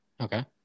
Okay